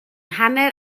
hanner